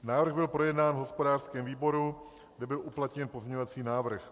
Návrh byl projednán v hospodářském výboru, kde byl uplatněn pozměňovací návrh.